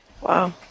wow